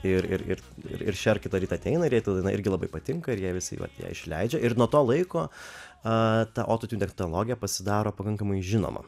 ir ir ir šer kitą rytą ateina ir jai ta dainairgi labai patinka ir jie visi vat ją išleidžia ir nuo to laiko ta autotune technologija pasidaro pakankamai žinoma